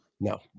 no